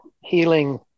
healing